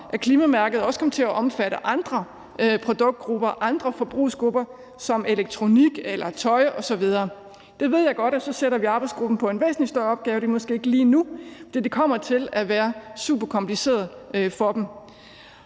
at klimamærket også kom til at omfatte andre produktgrupper og forbrugsgrupper som elektronisk udstyr, tøj osv. Jeg ved godt, at vi så ville sætte arbejdsgruppen på en væsentlig større opgave, og det er måske ikke lige nu, vi skal det, for det her kommer til at være super kompliceret for dem.